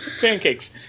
Pancakes